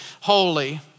holy